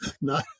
No